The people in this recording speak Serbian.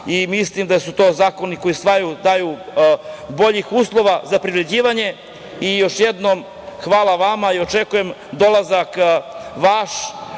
zakone. Mislim da su to zakoni koji daju bolje uslove za privređivanje i još jednom hvala vama i očekujem dolazak vaš